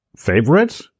Favorite